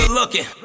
looking